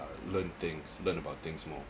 learn things learn about things more